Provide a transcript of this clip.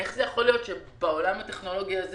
איך זה יכול להיות שבעולם הטכנולוגי הזה